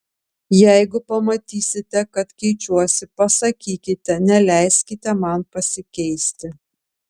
jeigu pamatysite kad keičiuosi pasakykite neleiskite man pasikeisti